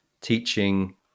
teaching